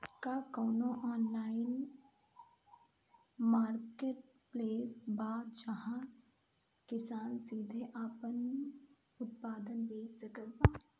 का कउनों online marketplace बा जहां किसान सीधे आपन उत्पाद बेच सकत बा?